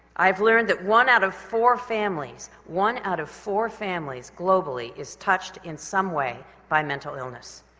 i've learned that one out of four families, one out of four families globally is touched in some way by mental illness.